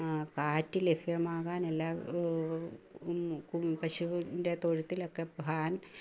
കാറ്റ് ലഭ്യമാകാൻ എല്ലാ ഓ കുമ്മു കും പശുവിൻ്റെ തൊഴുത്തിലൊക്കെ ഭാൻ